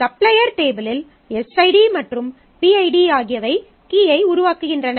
supplier டேபிளில் SID மற்றும் BID ஆகியவை கீயை உருவாக்குகின்றன